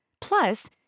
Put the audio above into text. Plus